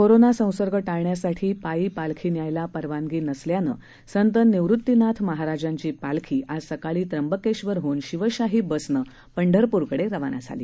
corona संसर्ग टाळण्यासाठी पायी पालखी न्यायला परवानगी नसल्यानं संत निवृतीनाथ महाराजांची पालखी आज सकाळी त्र्यंबकेश्वरहन शिवशाही बसनं पंढरपूरकडे रवाना झाली